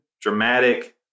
dramatic